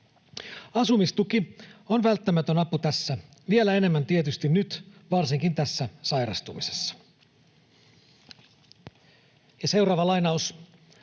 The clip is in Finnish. Asumistuki on välttämätön apu tässä, vielä enemmän tietysti nyt, varsinkin tässä sairastumisessa.” Ja seuraava lainaus: